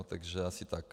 Takže asi tak.